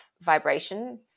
vibration